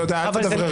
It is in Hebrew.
תודה, אל תדבררי אותי.